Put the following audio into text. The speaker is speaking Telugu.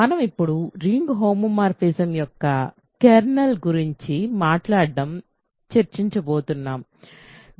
మనం ఇప్పుడు రింగ్ హోమోమోర్ఫిజం యొక్క కెర్నల్ గురించి మాట్లాడటం చర్చించబోతున్నాము